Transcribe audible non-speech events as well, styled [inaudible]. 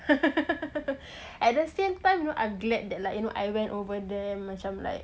[laughs] at the same time you know I'm glad that like you know I went over there macam like